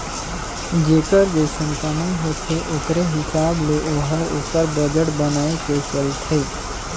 जेकर जइसन कमई होथे ओकरे हिसाब ले ओहर ओकर बजट बनाए के चलथे